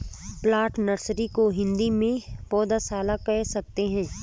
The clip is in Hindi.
प्लांट नर्सरी को हिंदी में पौधशाला कह सकते हैं